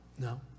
no